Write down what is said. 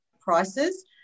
prices